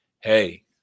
hey